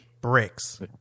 bricks